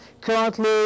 Currently